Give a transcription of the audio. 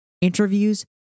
interviews